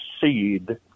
seed